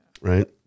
Right